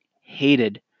hated